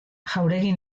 jauregi